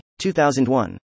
2001